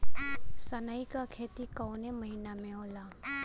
सनई का खेती कवने महीना में होला?